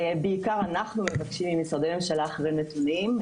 בעיקר אנחנו מבקשים ממשרדי ממשלה נתונים,